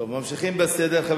ממשיכים בסדר-היום.